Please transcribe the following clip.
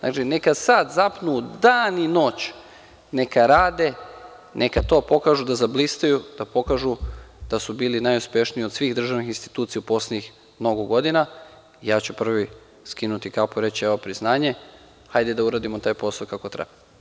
Neka sada zapnu, dan i noć i neka rade i neka to pokažu da zablistaju, da pokažu da su bili najuspešniji od svih državnih institucija u poslednjih mnogo godina i ja ću prvi skinuti kapu i reći, evo priznanje, hajde da uradimo taj posao kako treba.